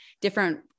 different